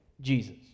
Jesus